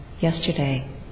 yesterday